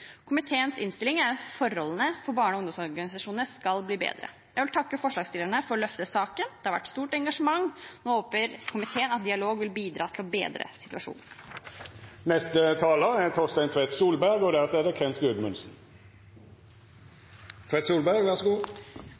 Komiteens innstilling er at forholdene for barne- og ungdomsorganisasjonene skal bli bedre. Jeg vil takke forslagsstillerne for å løfte saken. Det har vært et stort engasjement. Nå håper komiteen at dialog vil bidra til å bedre situasjonen. Jeg vil takke både forslagsstillerne og saksordføreren for godt arbeid. Det